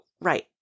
right